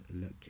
look